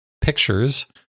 pictures